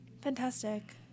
Fantastic